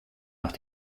nach